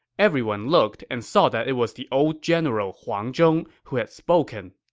everyone looked and saw that it was the old general huang zhong who had spoken.